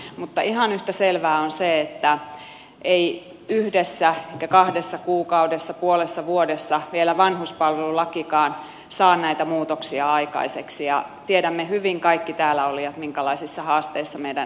mutta ihan yhtä selvää on se että ei yhdessä eikä kahdessa kuukaudessa puolessa vuodessa vielä vanhuspalvelulakikaan saa näitä muutoksia aikaiseksi ja tiedämme hyvin kaikki täällä olijat minkälaisissa haasteissa meidän kuntamme ovat